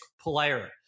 player